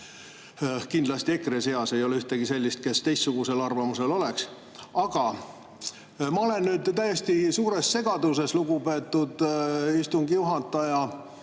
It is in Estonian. Kindlasti EKRE seas ei ole ühtegi inimest, kes teistsugusel arvamusel oleks. Aga ma olen nüüd täiesti suures segaduses, lugupeetud istungi juhataja,